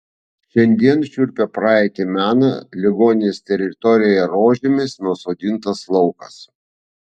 šiandien šiurpią praeitį mena ligoninės teritorijoje rožėmis nusodintas laukas